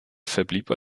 verblieb